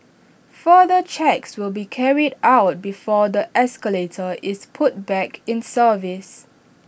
further checks will be carried out before the escalator is put back in service